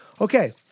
Okay